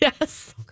Yes